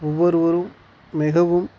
ஒவ்வொருவரும் மிகவும்